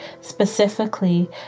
specifically